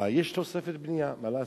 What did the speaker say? יש תוספת בנייה, מה לעשות?